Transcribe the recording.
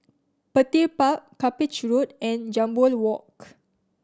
Petir Park Cuppage Road and Jambol Walk